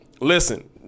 listen